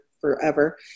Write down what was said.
forever